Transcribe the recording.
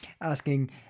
asking